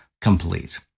complete